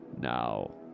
Now